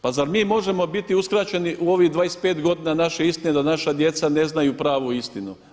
Pa zar mi možemo biti uskraćeni u ovih 25 godina naše istine da naša djeca ne znaju pravu istinu?